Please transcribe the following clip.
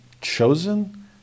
chosen